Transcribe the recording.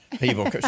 people